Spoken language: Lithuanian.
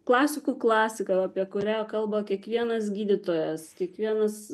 klasikų klasika apie kurią kalba kiekvienas gydytojas kiekvienas